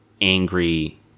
angry